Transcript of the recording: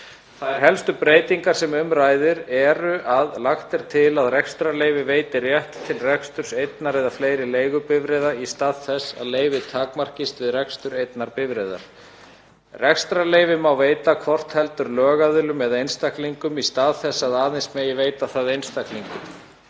Þær helstu breytingar sem um ræðir eru að lagt er til að rekstrarleyfi veiti rétt til reksturs einnar eða fleiri leigubifreiða í stað þess að leyfi takmarkist við rekstur einnar bifreiðar. Rekstrarleyfi má veita hvort heldur lögaðilum eða einstaklingum í stað þess að aðeins megi veita það einstaklingum.